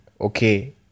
okay